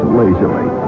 lazily